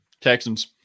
texans